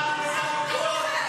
חברת הכנסת גוטליב.